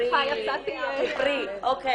אוקיי.